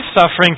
suffering